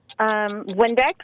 Windex